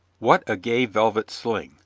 what a gay velvet sling,